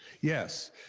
Yes